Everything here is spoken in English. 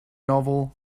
novel